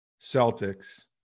Celtics